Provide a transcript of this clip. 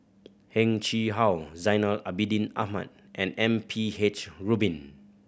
Heng Chee How Zainal Abidin Ahmad and M P H Rubin